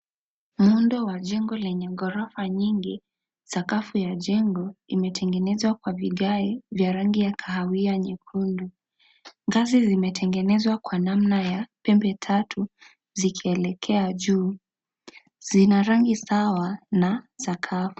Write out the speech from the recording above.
Muundo wa jengo lenye gorofa nyingi, sakafu ya jengo imetengenezwa kwa vigae vya rangi ya khawia nyekundu, ngazi zimetengenezwa kwa namna ya pembe tatu zikielekea juu, zina rangi sawa na sakafu.